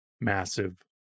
massive